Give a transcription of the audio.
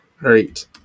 right